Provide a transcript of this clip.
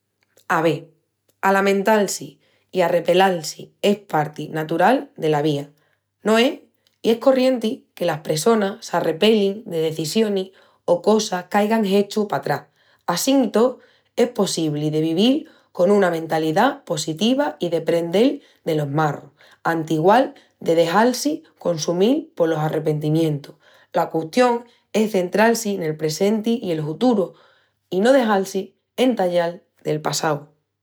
Ave, alamental-si i arrepelal-si es parti natural dela via, no es? I es corrienti que las pressonas s'arrepelin de decisionis o cosas qu'aigan hechu patrás. Assín i tó, es possibli de vivil con una mentalidá positiva i deprendel delos marrus, antigual de dexal-si consumil polos arrepentimientus. La custión es central-si nel presenti i el huturu, i no dexal-si entallal del passau.